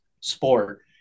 sport